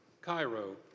Cairo